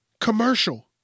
commercial